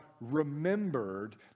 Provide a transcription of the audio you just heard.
remembered